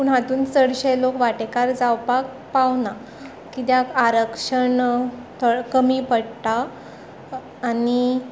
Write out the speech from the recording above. पूण हातून चडशे लोक वांटेकार जावपाक पावना किद्याक आरक्षण थ कमी पडटा आनी